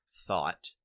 thought